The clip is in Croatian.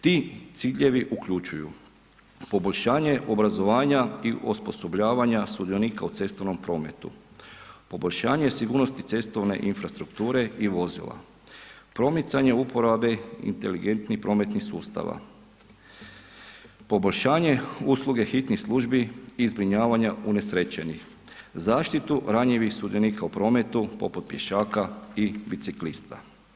Ti ciljevi uključuju poboljšanje obrazovanja i osposobljavanja sudionika u cestovnom prometu, poboljšanje i sigurnost cestovne infrastrukture i vozila, promicanje uporabe inteligentnih prometnih sustava, poboljšanje usluge hitnih službi i zbrinjavanja unesrećenih, zaštitu ranjivih sudionika u prometu poput pješaka i biciklista.